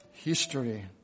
history